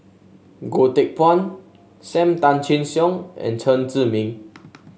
Goh Teck Phuan Sam Tan Chin Siong and Chen Zhiming